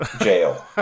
Jail